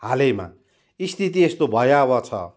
हालैमा स्थिति यस्तो भयावह छ